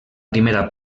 primera